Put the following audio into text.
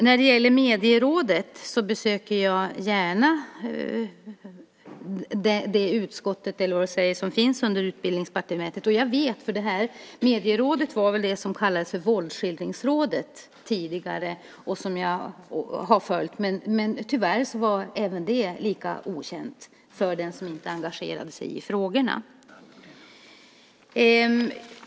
När det gäller Medierådet besöker jag gärna det utskott, eller vad det är, som finns under Utbildnings och kulturdepartementet. Medierådet var det som kallades för Våldsskildringsrådet tidigare och vars arbete jag följt. Tyvärr var den lika okänd för den som inte engagerade sig i frågorna.